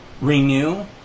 renew